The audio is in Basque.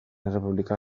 errepublika